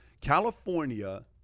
California